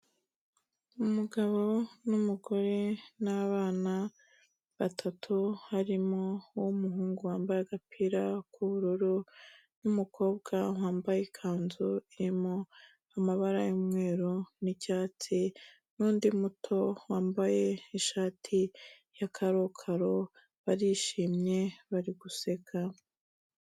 Umugabo n'umugore n'abana batatu, harimo uw'umuhungu wambaye agapira k'ubururu n'umukobwa wambaye ikanzu irimo amabara y'umweru n'icyatsi n'undi muto wambaye ishati ya karokaro, barishimye bari guseka.